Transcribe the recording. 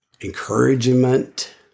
encouragement